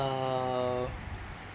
uh